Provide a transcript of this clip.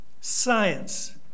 science